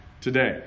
today